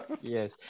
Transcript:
Yes